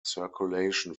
circulation